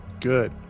good